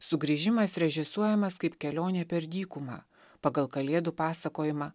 sugrįžimas režisuojamas kaip kelionė per dykumą pagal kalėdų pasakojimą